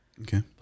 Okay